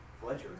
Fletcher